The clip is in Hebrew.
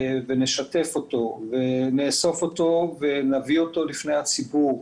נשתף אותו, נאסוף אותו ונביא אותו בפני הציבור,